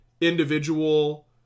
individual